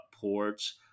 ports